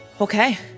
okay